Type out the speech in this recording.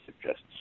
suggests